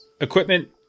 equipment